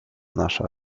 nasza